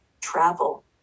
Travel